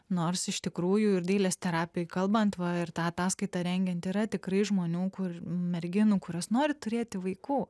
nors iš tikrųjų ir dailės terapijoj kalbant ir tą ataskaitą rengiant yra tikrai žmonių kur merginų kurios nori turėti vaikų